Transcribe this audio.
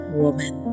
woman